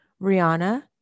rihanna